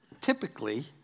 typically